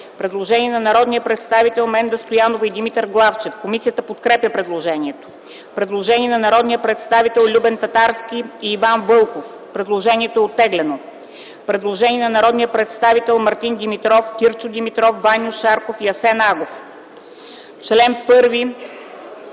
Предложение на народните представители Менда Стоянова и Димитър Главчев. Комисията подкрепя предложението. Предложение на народните представители Любен Татарски и Иван Вълков. Предложението е оттеглено. Предложение на народните представители Мартин Димитров, Кирчо Димитров, Ваньо Шарков и Асен Агов: „В чл.